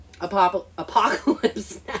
Apocalypse